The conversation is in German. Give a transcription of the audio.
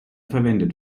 verwendet